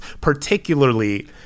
particularly